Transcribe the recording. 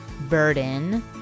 burden